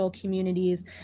communities